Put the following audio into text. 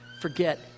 forget